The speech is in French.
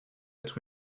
être